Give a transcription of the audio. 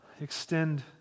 extend